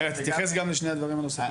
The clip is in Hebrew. תתייחס גם לשני הדברים הנוספים,